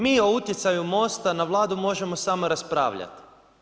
Mi o utjecaju MOST-a na Vladu možemo samo raspravljat.